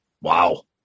Wow